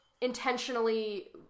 intentionally